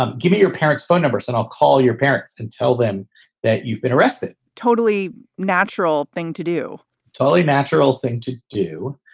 um give me your parents phone numbers and i'll call your parents and tell them that you've been arrested totally natural thing to do totally natural thing to do.